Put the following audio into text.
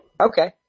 Okay